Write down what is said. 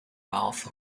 wealth